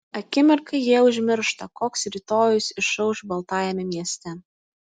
akimirkai jie užmiršta koks rytojus išauš baltajame mieste